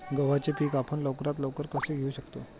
गव्हाचे पीक आपण लवकरात लवकर कसे घेऊ शकतो?